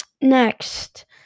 Next